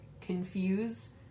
confuse